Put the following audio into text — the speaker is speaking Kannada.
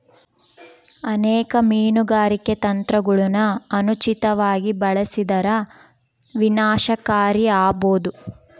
ಅನೇಕ ಮೀನುಗಾರಿಕೆ ತಂತ್ರಗುಳನ ಅನುಚಿತವಾಗಿ ಬಳಸಿದರ ವಿನಾಶಕಾರಿ ಆಬೋದು